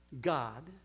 God